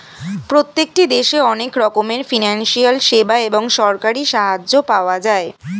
প্রত্যেকটি দেশে অনেক রকমের ফিনান্সিয়াল সেবা এবং সরকারি সাহায্য পাওয়া যায়